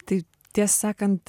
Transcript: tai tiesą sakant